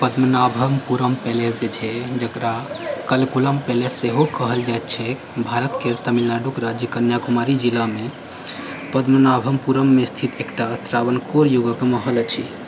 Padmanabhapuram palace जकरा Kalkulam palace सेहो कहल जाइत छैक भारत केर तमिलनाडु राज्यक कन्याकुमारी जिलामे पद्मनाभपुरममे स्थित एकटा त्रावणकोर युगक महल अछि